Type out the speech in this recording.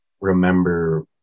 remember